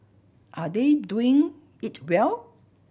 are they doing it well